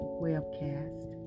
webcast